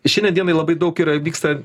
šiandien dienai labai daug yra vyksta